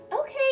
Okay